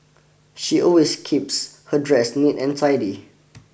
she always keeps her dress neat and tidy